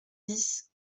dix